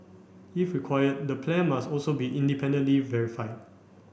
if required the plan must also be independently verified